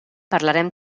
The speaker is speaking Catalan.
parlarem